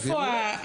זו בעיה דרמטית.